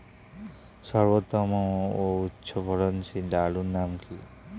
সর্বোত্তম ও উচ্চ ফলনশীল আলুর নাম কি?